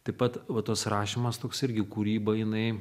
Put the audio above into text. taip pat va tas rašymas toks irgi kūryba jinai